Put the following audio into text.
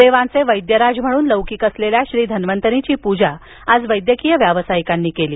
देवांचे वैद्यराज म्हणून लौकिक असलेल्या श्री धन्वंतरीची पूजा आज वैद्यकीय व्यावसायिकांनी केली